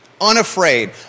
Unafraid